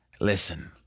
Listen